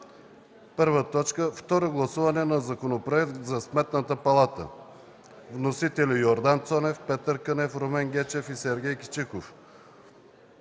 ред: 1. Второ гласуване на Законопроект за Сметната палата. Вносители са Йордан Цонев, Петър Кънев, Румен Гечев и Сергей Кичиков